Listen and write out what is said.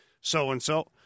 so-and-so